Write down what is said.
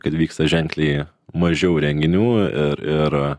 kad vyksta ženkliai mažiau renginių ir ir